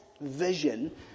vision